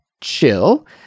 chill